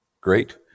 Great